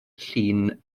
llun